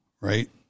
right